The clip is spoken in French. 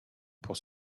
pour